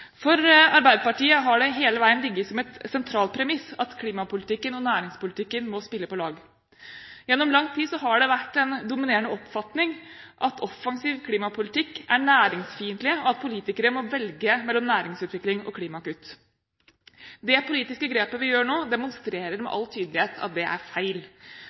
For Arbeiderpartiet har det hele veien ligget som en sentral premiss at klimapolitikk og næringspolitikk må spille på lag. Gjennom lang tid har det vært en dominerende oppfatning at offensiv klimapolitikk er næringsfiendtlig, og at politikere må velge mellom næringsutvikling og klimakutt. Det politiske grepet vi gjør nå, demonstrerer med all tydelighet at det er feil.